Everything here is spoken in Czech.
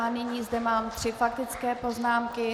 Nyní zde mám tři faktické poznámky.